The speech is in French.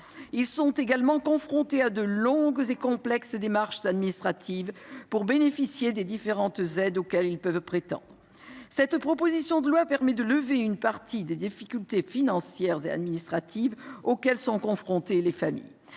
Ils sont également confrontés à des démarches administratives longues et complexes pour bénéficier des différentes aides auxquelles ils peuvent prétendre. Cette proposition de loi lève une partie des difficultés financières et administratives auxquelles sont confrontées les familles.